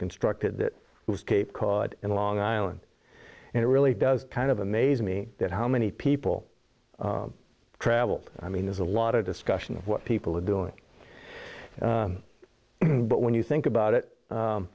constructed that was cape cod in long island and it really does kind of amaze me that how many people travel i mean there's a lot of discussion of what people are doing but when you think about it